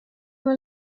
were